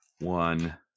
One